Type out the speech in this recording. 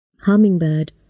Hummingbird